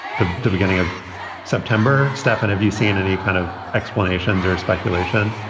the the beginning of september. stefan, have you seen any kind of explanations or speculation?